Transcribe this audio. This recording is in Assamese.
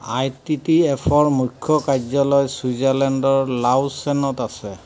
আই টি টি এফৰ মুখ্য কাৰ্যালয় ছুইজাৰলেণ্ডৰ লাউছেনত আছে